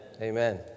Amen